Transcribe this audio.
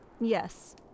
Yes